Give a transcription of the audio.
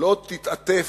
לא תתעטף,